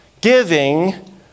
Giving